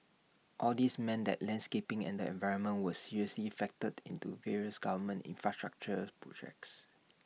all these meant that landscaping and the environment were seriously factored into various government infrastructural projects